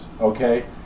Okay